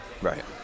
Right